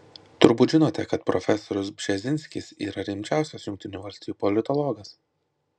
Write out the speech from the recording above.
turbūt žinote kad profesorius bžezinskis yra rimčiausias jungtinių valstijų politologas